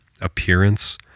appearance